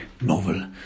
novel